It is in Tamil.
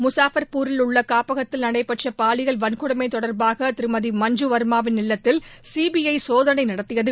முஸாபா்பூரில் உள்ள காப்பகத்தில் நடைபெற்ற பாலியல் வன்கொடுமை தொடா்பாக திருமதி மஞ்சு வர்மாவின் இல்லத்தில் சிபிஐ சோதனை நடத்தியது